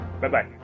bye-bye